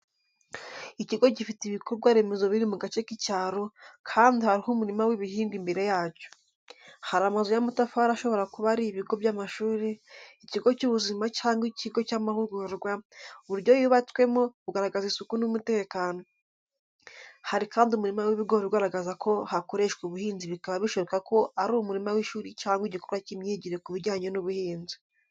Ikigo gifite ibikorwa remezo biri mu gace k'icyaro, kandi hariho umurima w’ibihingwa imbere yacyo. Hari amazu y’amatafari ashobora kuba ari ibigo by’amashuri, ikigo cy’ubuzima cyangwa ikigo cy’amahugurwa, uburyo yubatswemo bugaragaza isuku n'umutekano. Hari kandi umurima w'ibigori ugaragaza ko hakoreshwa ubuhinzi bikaba bishoboka ko ari umurima w’ishuri cyangwa igikorwa cy’imyigire ku bijyanye n’ubuhinzi.